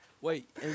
Wait